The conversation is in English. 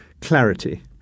clarity